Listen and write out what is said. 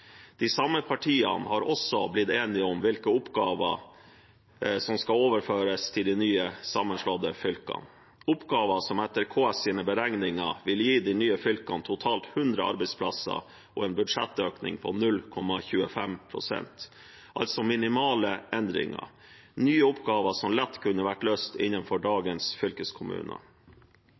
De samme partiene har også blitt enige om hvilke oppgaver som skal overføres til de nye sammenslåtte fylkene – oppgaver som etter KS’ beregninger vil gi de nye fylkene totalt 100 arbeidsplasser og en budsjettøkning på 0,25 pst., altså minimale endringer – nye oppgaver som lett kunne vært løst innenfor dagens fylkeskommuner.